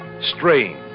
Strange